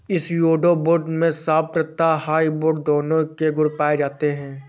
pseudo wood में soft तथा hardwood दोनों के गुण पाए जाते हैं